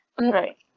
right